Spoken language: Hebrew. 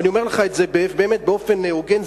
ואני אומר לך את זה באמת באופן הוגן,